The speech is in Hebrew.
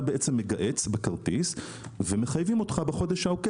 אתה "מגהץ" בכרטיס ומחייבים אותך בחודש העוקב